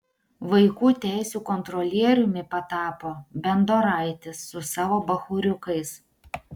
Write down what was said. vaikų teisių kontrolieriumi patapo bendoraitis su savo bachūriukais